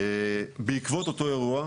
בעקבות אותו אירוע,